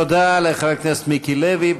תודה לחבר הכנסת מיקי לוי.